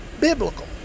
biblical